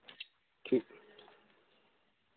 ठीक